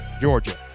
Georgia